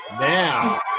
Now